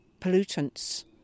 pollutants